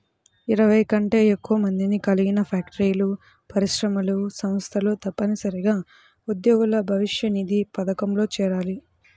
ఇరవై కంటే ఎక్కువ మందిని కలిగిన ఫ్యాక్టరీలు, పరిశ్రమలు, సంస్థలు తప్పనిసరిగా ఉద్యోగుల భవిష్యనిధి పథకంలో చేరాలి